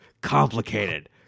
complicated